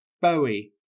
Bowie